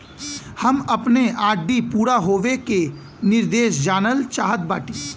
हम अपने आर.डी पूरा होवे के निर्देश जानल चाहत बाटी